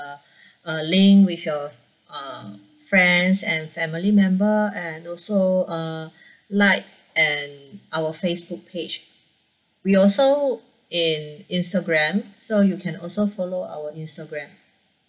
uh link with your uh friends and family member and also uh like and our facebook page we also in instagram so you can also follow our instagram